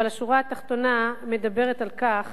אבל השורה התחתונה מדברת על פער